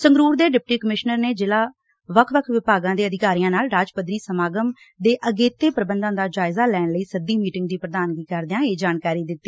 ਸੰਗਰੂਰ ਦੇ deputy commissioner ਨੇ ਜ਼ਿਲ੍ਹਾ ਵੱਖ ਵੱਖ ਵਿਭਾਗਾਂ ਦੇ ਅਧਿਕਾਰੀਆਂ ਨਾਲ ਰਾਜ ਪੱਧਰੀ ਸਮਾਗਮ ਦੇ ਅਗੇਤੇ ਪੁਬੰਧਾਂ ਦਾ ਜਾਇਜਾ ਲੈਣ ਲਈ ਸੱਦੀ ਮੀਟਿੰਗ ਦੀ ਪੁਧਾਨਗੀ ਕਰਦਿਆਂ ਇਹ ਜਾਣਕਾਰੀ ਦਿੱਤੀ